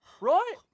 right